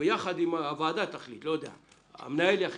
המנהל יחליט,